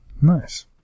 Nice